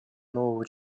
нового